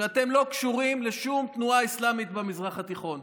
שאתם לא קשורים לשום תנועה אסלאמית במזרח התיכון.